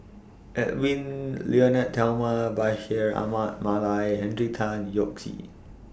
Edwy Lyonet Talma Bashir Ahmad Mallal Henry Tan Yoke See